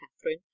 catherine